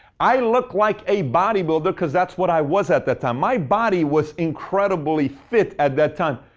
i looked like a body builder because that's what i was at that time. my body was incredibly fit at that time.